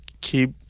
keep